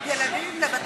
ילדים לבתי-מלון?